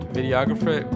Videographer